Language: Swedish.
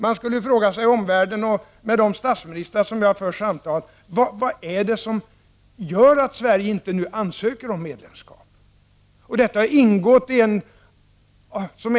Man skulle då i omvärlden fråga sig vad som gör att Sverige nu inte ansöker om medlemskap, och det skulle de statsministrar som jag för samtal med också fråga sig.